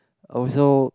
also